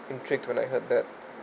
intrigued when I heard that